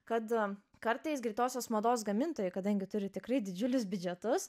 kad kartais greitosios mados gamintojai kadangi turi tikrai didžiulius biudžetus